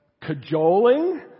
cajoling